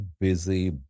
busy